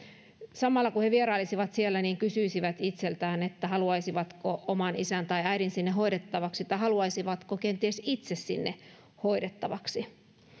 samalla kun he vierailisivat siellä he kysyisivät itseltään haluaisivatko oman isän tai äidin sinne hoidettavaksi tai haluaisivatko kenties itse sinne hoidettavaksi